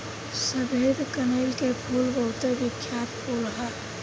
सफेद कनईल के फूल बहुत बिख्यात फूल ह